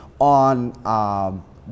on